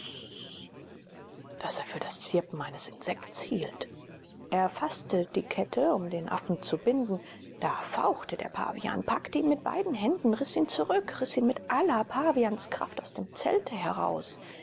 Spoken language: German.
das er für das zirpen eines insekts hielt er faßte die kette um den affen zu binden da fauchte der pavian packte ihn mit beiden händen riß ihn zurück riß ihn mit aller pavianskraft aus dem zelte heraus